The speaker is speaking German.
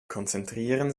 konzentrieren